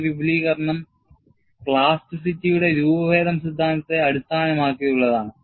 ഈ വിപുലീകരണം പ്ലാസ്റ്റിസിറ്റിയുടെ രൂപഭേദം സിദ്ധാന്തത്തെ അടിസ്ഥാനമാക്കിയുള്ളതാണ്